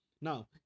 Now